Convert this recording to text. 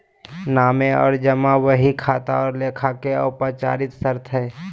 नामे और जमा बही खाता और लेखा के औपचारिक शर्त हइ